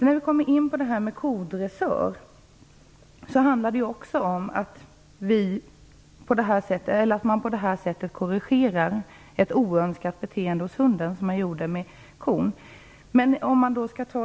När det gäller eldressör handlar det också om att man korrigerar ett oönskat beteende hos hunden på samma sätt som man gjorde med kor.